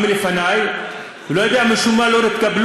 גם לפני כן, ולא יודע, משום מה הן לא התקבלו,